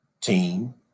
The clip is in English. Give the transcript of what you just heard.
team